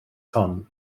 hon